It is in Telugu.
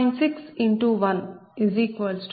60 వస్తుంది